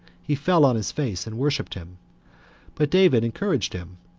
he fell on his face and worshipped him but david encouraged him,